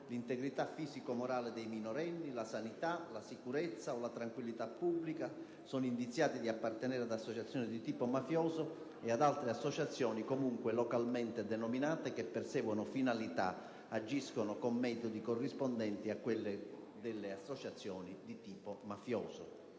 l'integrità fisico-morale dei minorenni, la sanità, la sicurezza o la tranquillità pubblica; sono indiziati di appartenere ad associazioni di tipo mafioso e ad altre associazioni comunque localmente denominate che perseguono finalità o agiscono con metodi corrispondenti a quelli delle associazioni di tipo mafioso.